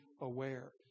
aware